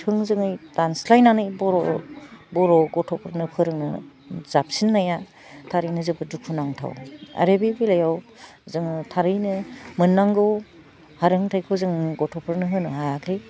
थोंजोंङै दानस्लाइनानै बर' बर' गथ'फोरनो फोरोंनो जाबसिननाया थारैनो जोबोद दुखु नांथाव आरो बे बेलायाव जोङो थारैनो मोन्नांगौ हारोंथाइखौ जों गथ'फोरनो होनो हायाखै